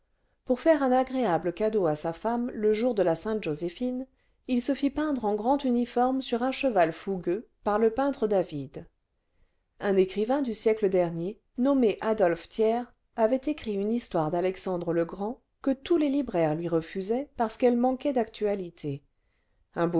pour faire un agréable cadeau à sa femme le jour de la sainte joséphine il se fit peindre en grand uniforme sur un cheval fougueux par le peintre david un écrivain du siècle dernier nommé adolphe thiers avait écrit une histoire d'alexandre le grand que tous les libraires lui refusaient parce qu'elle manquait